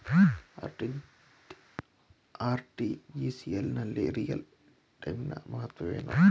RTGS ನಲ್ಲಿ real time ನ ಮಹತ್ವವೇನು?